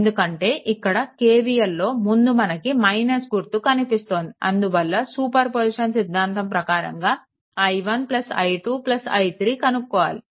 ఎందుకంటే ఇక్కడ KVLలో ముందు మనకు - గుర్తు కనిపిస్తోంది అందువల్ల సూపర్ పొజిషన్ సిద్ధాంతం ప్రకారంగా i1 i2 i3 కనుక్కోవాలి